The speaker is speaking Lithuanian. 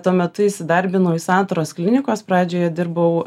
tuo metu įsidarbinau į santaros klinikos pradžioj dirbau